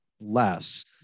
less